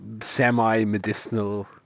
semi-medicinal